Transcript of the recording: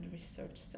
Research